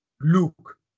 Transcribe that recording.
Luke